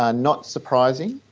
ah not surprising.